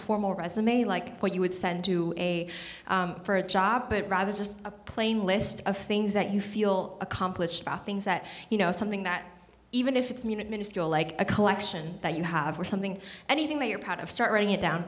formal resume like what you would send to a for a job but rather just a plain list of things that you feel accomplished about things that you know something that even if it's minute miniscule like a collection that you have or something anything that you're proud of start writing it down